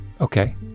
Okay